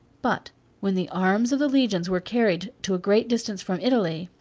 but when the arms of the legions were carried to a great distance from italy,